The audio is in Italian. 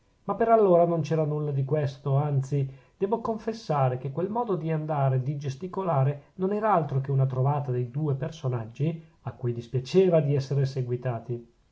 ma per allora non c'era nulla di questo anzi debbo confessare che quel modo di andare e di gesticolare non era altro che una trovata dei due personaggi a cui dispiaceva di essere seguitati